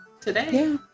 today